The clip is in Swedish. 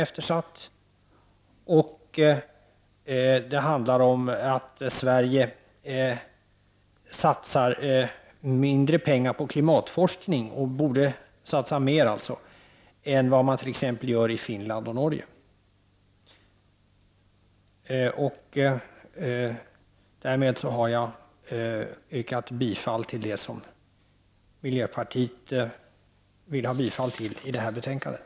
Dessutom handlar den om att Sverige satsar en mindre mängd pengar på klimatforskning och borde satsa mer än vad man t.ex. gör i Finland och Norge. Därmed har jag yrkat bifall till de reservationer som miljöpartiet särskilt önskar yrka bifall till i det här betänkandet.